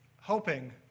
hoping